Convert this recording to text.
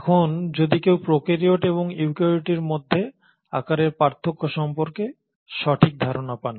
এখন যদি কেউ প্রোক্যারিওট এবং ইউক্যারিওটের মধ্যে আকারের পার্থক্য সম্পর্কে সঠিক ধারণা পান